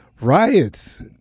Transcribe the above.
riots